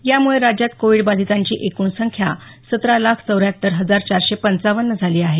यामुळे राज्यात कोविड बाधितांची एकूण संख्या सतरा लाख चौऱ्याहत्तर हजार चारशे पंचावन्न झाली आहे